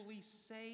say